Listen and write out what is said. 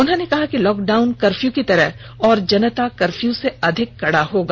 उन्होंने कहा कि लॉकडाउन कर्फ्यू की तरह और जनता कर्फ्यू से अधिक कड़ा होगा